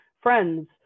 friends